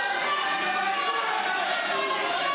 תתביישו.